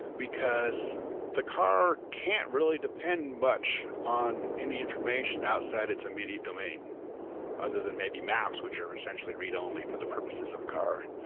because the car can't really depend much on any information outside its immediate domain other than may be maps, which are essentially read-only for the purposes of a car.